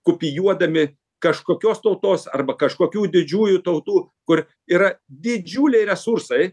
kopijuodami kažkokios tautos arba kažkokių didžiųjų tautų kur yra didžiuliai resursai